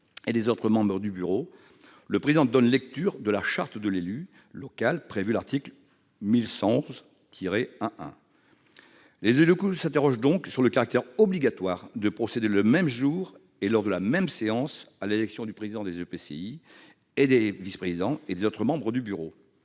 et des autres membres du bureau, le président donne lecture de la charte de l'élu local prévue à l'article L. 1111-1-1. » Les élus locaux s'interrogent sur le caractère obligatoire de procéder le même jour, et lors de la même séance, à l'élection du président de l'EPCI, des vice-présidents et des autres membres du bureau.